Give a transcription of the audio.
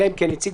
אלא אם כן הציג,